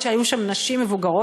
אף שהיו שם נשים מבוגרות.